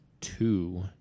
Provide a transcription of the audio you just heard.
two –